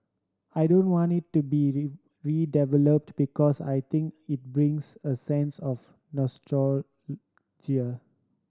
I don't want it to be redeveloped because I think it brings a sense of